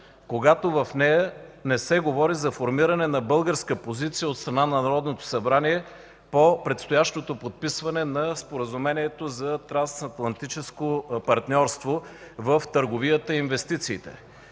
когато в нея не се говори за формиране на българска позиция от страна на Народното събрание по предстоящото подписване на Споразумението за трансатлантическо партньорство в търговията и инвестициите.